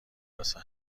واسه